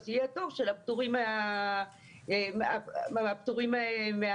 אז יהיה פטור מהפטורים מהתור.